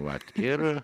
vat ir